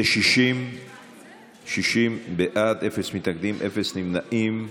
זה 60 בעד, אפס מתנגדים, אפס נמנעים.